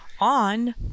on